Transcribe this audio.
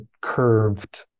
curved